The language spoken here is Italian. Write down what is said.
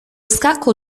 scacco